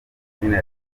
izina